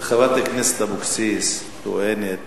חברת הכנסת אבקסיס טוענת